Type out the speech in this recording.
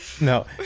No